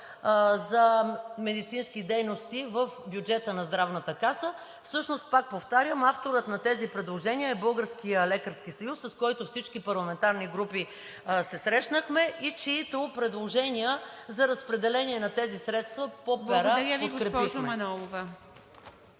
за медицински дейности в бюджета на Здравната каса. Всъщност, пак повтарям, авторът на тези предложения е Българският лекарски съюз, с който всички парламентарни групи се срещнахме и чиито предложения за разпределение на тези средства по пера подкрепихме. ПРЕДСЕДАТЕЛ ИВА МИТЕВА: Благодаря Ви, госпожо Манолова.